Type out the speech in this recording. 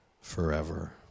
forever